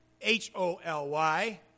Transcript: H-O-L-Y